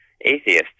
atheists